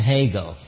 Hegel